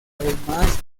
además